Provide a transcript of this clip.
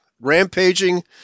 rampaging